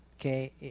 Okay